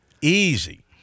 Easy